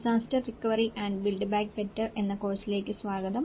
disaster recovery and build back better എന്ന കോഴ്സിലേക്ക് സ്വാഗതം